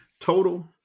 total